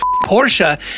Portia